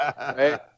right